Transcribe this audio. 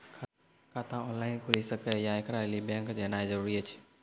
खाता ऑनलाइन खूलि सकै यै? एकरा लेल बैंक जेनाय जरूरी एछि?